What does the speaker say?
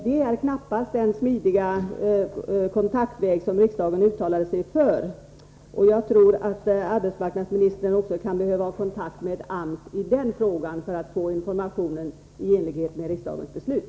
Det är knappast den smidiga kontaktväg som riksdagen uttalade sig för, och jag tror att arbetsmarknadsministern kan behöva ha kontakt med AMS i den frågan för att få informationen i enlighet med riksdagens beslut.